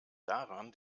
daran